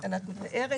הדר.